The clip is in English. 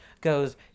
goes